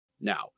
Now